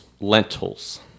Lentils